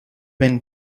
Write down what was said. been